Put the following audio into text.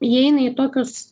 įeina į tokius